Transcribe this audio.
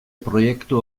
proiektu